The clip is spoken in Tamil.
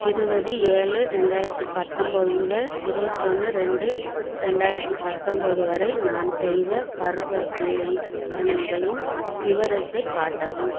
இருபது ஏழு ரெண்டாயிரத்தி பத்தொன்போது முதல் இருவத்தொன்று ரெண்டு ரெண்டாயிரத்தி பத்தொன்போது வரை நான் செய்த பரிவர்த்தனைதனைகளின் விவரத்தை காட்டவும்